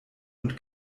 und